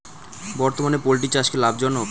বর্তমানে পোলট্রি চাষ কি লাভজনক?